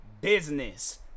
business